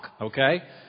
okay